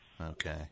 Okay